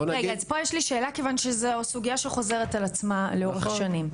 רגע פה יש לי שאלה כי זו סוגיה שחוזרת על עצמה לאורך שנים,